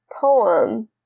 poem